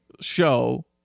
show